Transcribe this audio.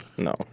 No